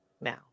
now